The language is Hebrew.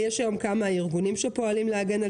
יש היום כמה ארגונים שפועלים להגן על